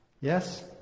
Yes